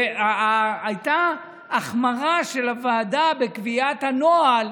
והייתה החמרה של הוועדה בקביעת הנוהל,